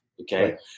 Okay